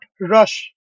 rush